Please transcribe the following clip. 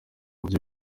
buryo